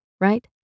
right